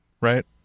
right